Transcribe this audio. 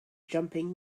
jumping